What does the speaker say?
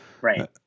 Right